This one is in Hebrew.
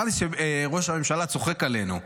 נראה לי שראש הממשלה צוחק עלינו,